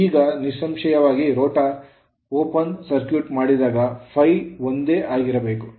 ಈಗ ನಿಸ್ಸಂಶಯವಾಗಿ ರೋಟರ್ ತೆರೆದ ಸರ್ಕ್ಯೂಟ್ ಮಾಡಿದಾಗ ∅ರ ಒಂದೇ ಆಗಿರಬೇಕು